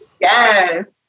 yes